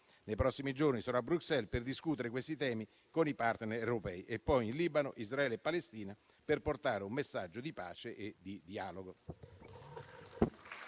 Nei prossimi giorni sarò a Bruxelles per discutere questi temi con i *partner* europei e poi in Libano, Israele e Palestina, per portare un messaggio di pace e di dialogo.